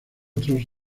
otros